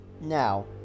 Now